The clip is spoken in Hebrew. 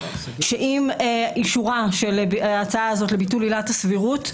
שעם אישורה של ההצעה הזאת לביטול עילת הסבירות,